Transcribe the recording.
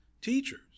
teachers